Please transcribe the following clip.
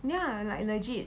ya like legit